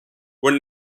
were